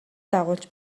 дагуулж